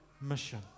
mission